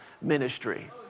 ministry